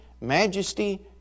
majesty